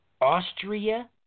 Austria